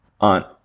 Aunt